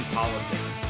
politics